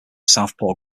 southpaw